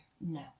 No